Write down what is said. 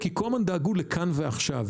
כי כל הזמן דאגו לכאן ועכשיו,